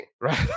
right